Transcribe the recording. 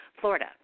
Florida